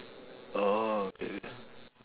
oh okay